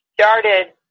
Started